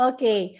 Okay